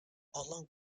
along